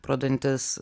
pro dantis